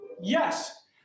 yes